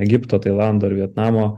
egipto tailando ir vietnamo